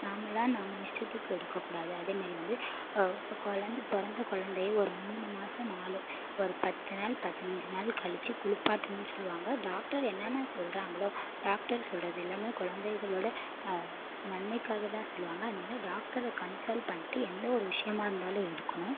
நாமளா நாம் இஷ்டத்துக்கு எடுக்கக்கூடாது அதே மாரி வந்து இப்போ குழந்த பிறந்த குழந்தைய ஒரு மூணு மாதம் நாள் ஒரு பத்து நாள் பதினைஞ்சு நாள் கழிச்சு குளிப்பாட்டணும்ன்னு சொல்லுவாங்க டாக்டர் என்னென்னா சொல்கிறாங்களோ டாக்டர் சொல்லுகிறத எல்லாமே குழந்தைகளோட நன்மைக்காகதான் சொல்லுவாங்க அதனால டாக்டரை கான்சல் பண்ணிட்டு எந்த ஒரு விஷயமாக இருந்தாலும் இருக்கணும்